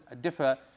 differ